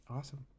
Awesome